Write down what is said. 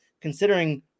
considering